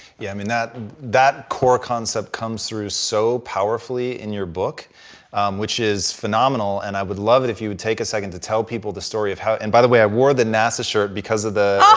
yeah i mean that that core concept comes through so powerfully in your book which is phenomenal and i would love it if you would take a second to tell people the story of how, and by the way i wore the nasa shirt because of the